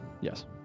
yes